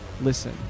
listen